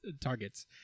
targets